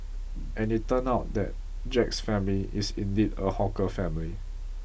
and it turned out that Jack's family is indeed a hawker family